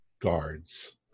guards